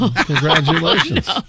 Congratulations